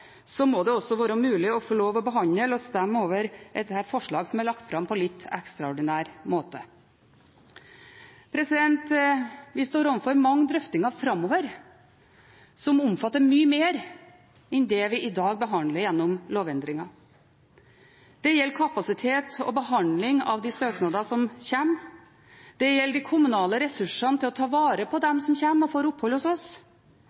så må det også være mulig å få lov å behandle og stemme over et slikt forslag som er lagt fram på en litt ekstraordinær måte. Vi står overfor mange drøftinger framover som omfatter mye mer enn det vi i dag behandler gjennom lovendringen. Det gjelder kapasitet og behandling av de søknadene som kommer. Det gjelder de kommunale ressursene til å ta vare på dem som kommer og får opphold hos oss.